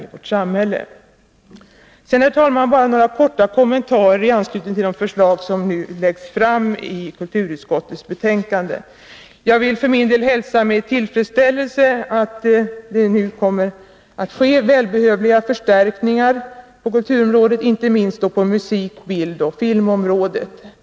Jag vill sedan, herr talman, bara göra några korta kommentarer i anslutning till de förslag som förs fram i kulturutskottets betänkande. Jag vill för min del hälsa med tillfredsställelse att det nu kommer att ske välbehövliga förstärkningar på kulturområdet, inte minst på musik-, bildoch filmområdet.